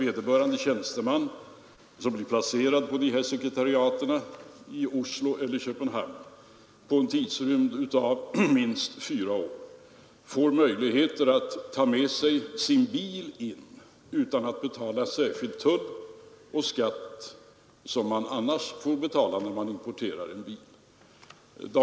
Vederbörande tjänsteman, som blir placerad på sekretariaten i Oslo eller i Köpenhamn på en tidrymd av minst fyra år, får möjligheter att ta med sig sin bil utan att betala särskild tull och skatt, som man annars får betala när man importerar en bil.